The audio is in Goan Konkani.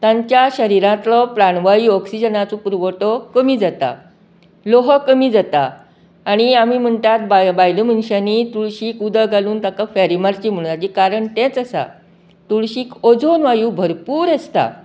तांच्या शरिरीतलो प्रणवायू ऑक्सीजनाचो पूरवटो कमी जाता लोहा कमी जाता आणी आमी म्हणटात बाय बायले मनशांनीं तुळशीक उदक घालूंक ताका फेरें मारची म्हणन हेचे कारण तेंच आसा तुळशीक अजून वायू भरपूर आसता